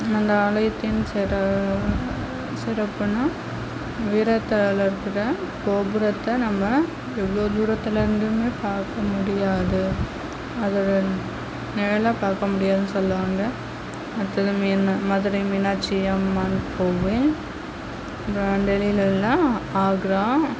அந்த ஆலயத்தின் சிற சிறப்புன்னால் உயரத்தால் இருக்கிற கோபுரத்தை நம்ம எவ்வளோ தூரத்தில் இருந்துமே பார்க்க முடியாது அதோட நிழலை பார்க்க முடியாதுன்னு சொல்லுவாங்க அடுத்தது மெயினாக மதுரை மீனாட்சி அம்மன் கோவில் அப்புறம் டெல்லியில் உள்ள ஆக்ரா